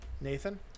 Nathan